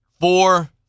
four